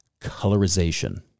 colorization